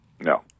No